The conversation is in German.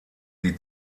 die